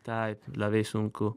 taip labai sunku